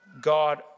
God